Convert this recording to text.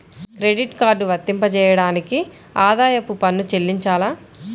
Credit card వర్తింపజేయడానికి ఆదాయపు పన్ను చెల్లించాలా?